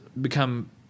become